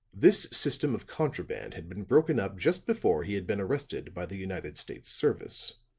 this system of contraband had been broken up just before he had been arrested by the united states service.